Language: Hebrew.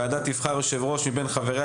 ועדה תבחר יושב-ראש מבין חבריה,